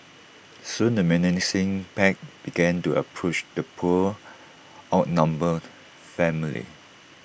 soon the menacing pack began to approach the poor outnumbered family